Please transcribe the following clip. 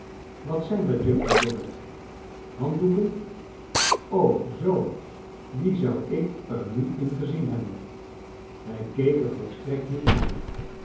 wat zijn dat juffrouw dorrit handdoeken g zoo i die zou ik er niet in gezien hebben hij keek er volstrekt niet naar